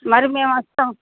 మరి మేమొస్తాము